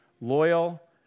loyal